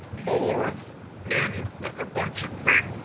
more of him, like a bunch of big,